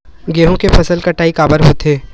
गेहूं के फसल कटाई काबर होथे?